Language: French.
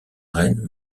rennes